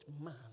man